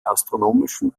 astronomischen